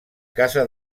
casa